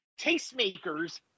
Tastemakers